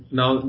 now